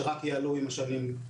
שרק יעלו עם השנים.